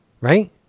Right